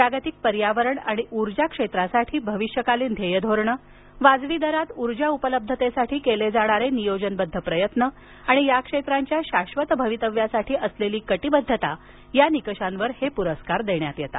जागतिक पर्यावरण आणि ऊर्जा क्षेत्रासाठी भविष्यकालीन ध्येयधोरणं वाजवी दरात ऊर्जा उपलब्धतेसाठी केले जाणारे नियोजनबद्ध प्रयत्न आणि या क्षेत्रांच्या शाश्वत भवितव्यासाठी असलेली कटीबद्धता या निकषांवर हे पुरस्कार देण्यात येतात